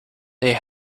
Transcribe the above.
they